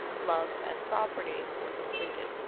love and property, were completed.